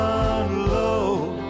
unload